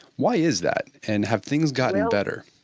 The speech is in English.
why is that, and have things gotten better?